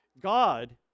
God